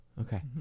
okay